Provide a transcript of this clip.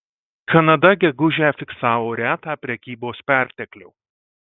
kanada gegužę fiksavo retą prekybos perteklių